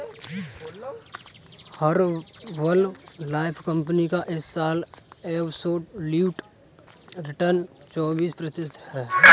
Herbalife company का इस साल एब्सोल्यूट रिटर्न चौबीस प्रतिशत है